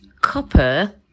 copper